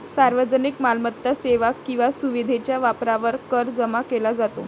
सार्वजनिक मालमत्ता, सेवा किंवा सुविधेच्या वापरावर कर जमा केला जातो